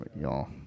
y'all